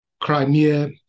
Crimea